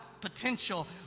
potential